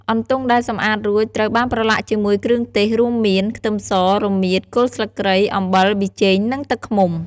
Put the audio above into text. អន្ទង់ដែលសម្អាតរួច ត្រូវបានប្រឡាក់ជាមួយគ្រឿងទេសរួមមាន ខ្ទឹមស រមៀត គល់ស្លឹកគ្រៃ អំបិល ប៊ីចេង និងទឹកឃ្មុំ។